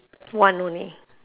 one only